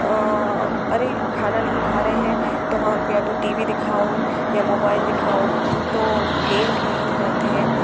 अरे खाना नहीं खा रहे हैं तो हम उनको या तो टी वी दिखाओ या मोबाइल दिखाओ घंटों गेम खेलते रहते हैं